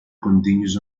continues